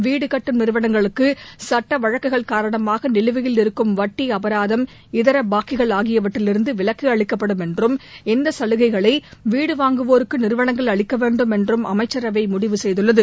வீடு கட்டும் நிறுவனங்களுக்கு சட்ட வழக்குகள் காரணமாக நிலுவையில் இருக்கும் வட்டி அபராதம் பாக்கிகள் ஆகியவற்றிலிருந்து விலக்கு அளிக்கப்படும் என்றும் இந்த சலுகைகளை இதா வ்டு வாங்குவோருக்கு நிறுவனங்கள் அளிக்க வேண்டும் என்றும் அமைச்சரவை முடிவு செய்துள்ளது